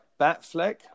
Batfleck